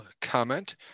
Comment